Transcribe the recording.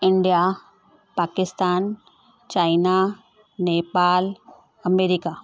India Pakistan China Nepal America